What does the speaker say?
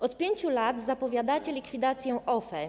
Od 5 lat zapowiadacie likwidację OFE.